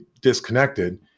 disconnected